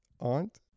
aunt